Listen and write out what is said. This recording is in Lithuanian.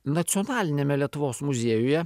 nacionaliniame lietuvos muziejuje